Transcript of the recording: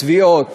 תביעות